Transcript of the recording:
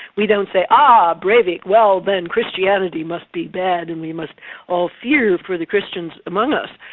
we don't say, ah, breivik well then christianity must be bad and we must all fear for the christians among us.